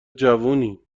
جوونی